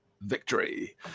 victory